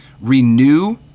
renew